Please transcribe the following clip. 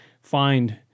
find